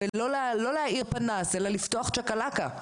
לא להאיר פנס אלא לפתוח צ'קלקה.